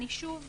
אקרא שוב